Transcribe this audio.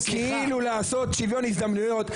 כדי לעשות שוויון הזדמנויות.